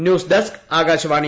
news desk Akashvani